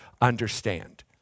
understand